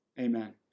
amen